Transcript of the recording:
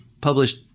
published